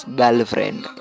girlfriend